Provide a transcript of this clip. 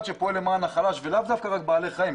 למען החלש, ולאו דווקא רק לגבי בעלי חיים.